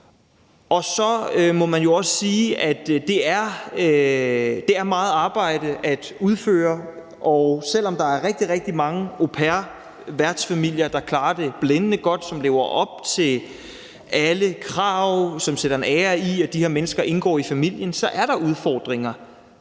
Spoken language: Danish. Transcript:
Så må man jo også sige, at det er meget arbejde at udføre. Selv om der er rigtig, rigtig mange au pair-værtsfamilier, der klarer det blændende godt, lever op til alle krav og sætter en ære i, at de her mennesker indgår i familien, så er der udfordringer